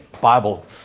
Bible